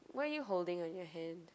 what're you holding on your hand